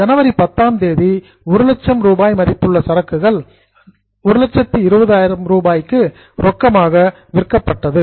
ஜனவரி 10ஆம் தேதி 100000 ரூபாய் மதிப்புள்ள சரக்குகள் 120 க்கு ரொக்கமாக விற்கப்பட்டது